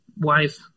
wife